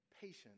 Patience